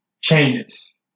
changes